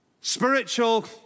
Spiritual